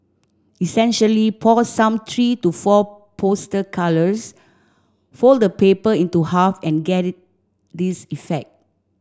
essentially pour some three to four poster colours fold the paper into half and get this effect